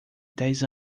dez